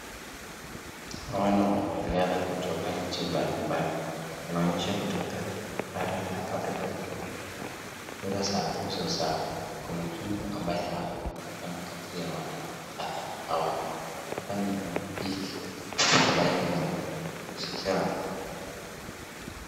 Naona wanariadha kutoka nchi mbalimbali. Wanaonyesha kutoka bara la Afrika kulingana na sura za uso zao. Kuna mzungu ambaye amefurahishwa na kazi ya wanariadha hawa. Hapa ni Olimpiki ambayo inahusisha.